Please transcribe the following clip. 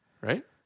right